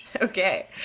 Okay